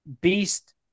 beast